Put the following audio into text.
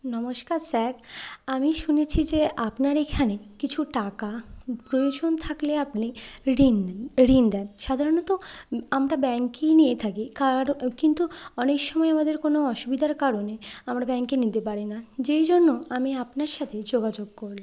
নমস্কার স্যার আমি শুনেছি যে আপনার এইখানে কিছু টাকা প্রয়োজন থাকলে আপনি ঋণ নেন ঋণ দেন সাধারণত আমরা ব্যাঙ্কেই নিয়ে থাকি কিন্তু অনেক সময় আমাদের কোনও অসুবিধার কারণে আমরা ব্যাঙ্কে নিতে পারি না যেই জন্য আমি আপনার সাথে যোগাযোগ করলাম